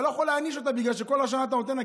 אתה לא יכול להעניש אותה בגלל שכל השנה אתה נותן לה,